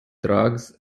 drugs